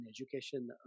education